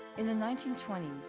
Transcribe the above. in the nineteen twenty s,